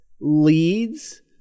leads